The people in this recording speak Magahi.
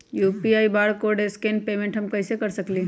यू.पी.आई बारकोड स्कैन पेमेंट हम कईसे कर सकली ह?